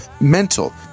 mental